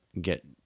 get